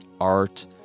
art